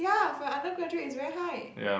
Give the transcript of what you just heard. ya for an undergraduate is very high